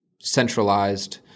centralized